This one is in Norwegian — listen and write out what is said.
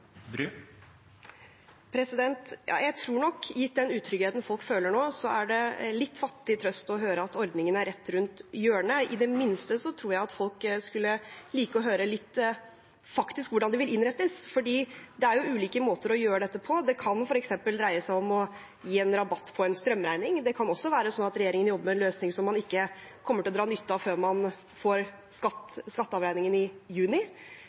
Jeg tror nok – gitt den utryggheten folk føler nå – at det er en litt fattig trøst å høre at ordningen er rett rundt hjørnet. I det minste tror jeg at folk skulle like å høre litt om hvordan det faktisk vil innrettes, for det er ulike måter å gjøre dette på. Det kan f.eks. dreie seg om å gi rabatt på en strømregning. Det kan også være slik at regjeringen jobber med en løsning man ikke kommer til å dra nytte av før man får skatteavregningen i juni.